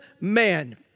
man